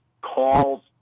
calls